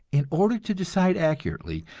in order to decide accurately,